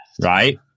right